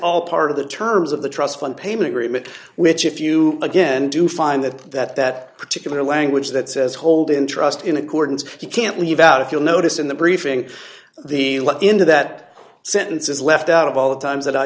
all part of the terms of the trust fund payment remit which if you again do find that that that particular language that says hold in trust in accordance if you can't leave out if you'll notice in the briefing the lead into that sentence is left out of all the times that i